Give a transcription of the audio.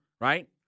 right